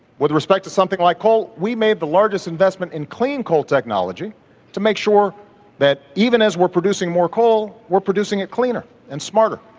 with respect to something like coal, we made the largest investment in clean-coal technology to make sure that even as we're producing more coal, we're producing it cleaner and smarter.